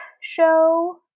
show